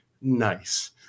nice